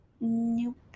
nope